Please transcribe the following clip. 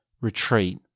retreat